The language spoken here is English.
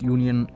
Union